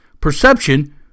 Perception